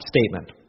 statement